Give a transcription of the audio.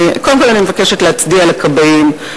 קודם כול אני מבקשת להצדיע לכבאים,